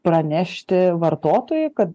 pranešti vartotojui kad